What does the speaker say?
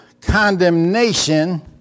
condemnation